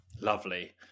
Lovely